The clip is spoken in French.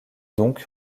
donc